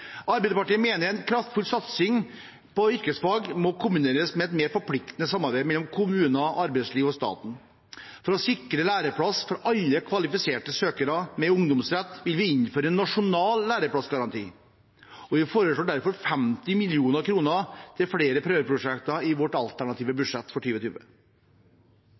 Arbeiderpartiet mener en kraftfull satsing på yrkesfag må kombineres med et mer forpliktende samarbeid mellom kommuner, arbeidsliv og staten. For å sikre læreplass for alle kvalifiserte søkere med ungdomsrett vil vi innføre en nasjonal læreplassgaranti, og vi foreslår derfor 50 mill. kr til flere prøveprosjekter i vårt alternative budsjett for